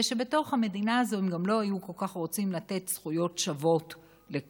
ושבתוך המדינה הזאת הם לא היו כל כך רוצים לתת זכויות שוות לכולם,